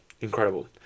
Incredible